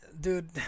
Dude